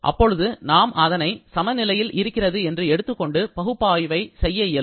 அப்பொழுது நாம் அதனை சமநிலையில் இருக்கிறது என்று எடுத்துக்கொண்டு பகுப்பாய்வை செய்ய இயலும்